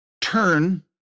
turn